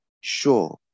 sure